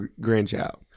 grandchild